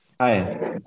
Hi